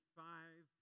five